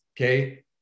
okay